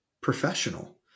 professional